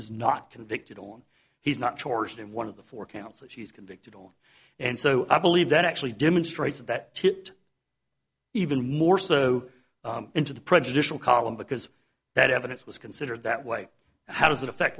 is not convicted on he's not charged in one of the four counts that she's convicted on and so i believe that actually demonstrates that it even more so into the prejudicial column because that evidence was considered that way how does it affect